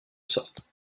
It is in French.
sorte